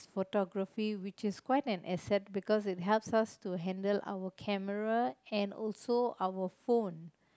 photography which is quite an asset because it helps us to handle our camera and also our phone